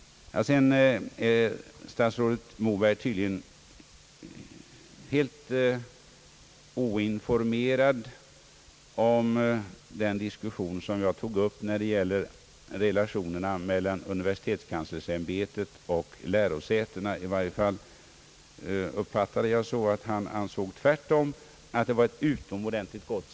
Statsrådet Moberg är tydligen helt oinformerad om den diskussion jag tog upp när det gäller relationerna mellan universitetskanslersämbetet och lärosätena — i varje fall uppfattade jag det så, att han tvärtom ansåg att samarbetet var utomordentligt gott.